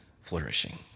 flourishing